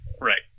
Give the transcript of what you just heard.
Right